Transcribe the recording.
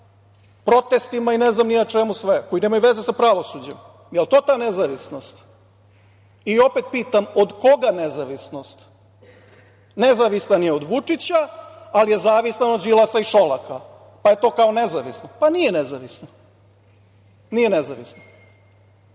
protestima i ne znam ni ja čemu sve, koji nemaju veze sa pravosuđem? Da li je to ta nezavisnost i opet pitam od koga nezavisnost? Nezavistan je od Vučića, ali je zavistan od Đilasa i Šolaka, pa je to kao nezavisno? Pa, nije nezavisno. Ja